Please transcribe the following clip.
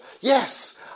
Yes